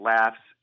Laughs